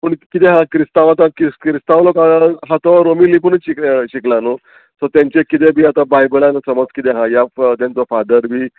पूण किदें आहा क्रिस्तांवां क्रिस्तांव लोकां आहां तो रोमी लिपीनूच शिक शिकला न्हू सो तेंचे किदें बी आतां बायबलान समज किदें आहा ह्या तेंचो फादर बी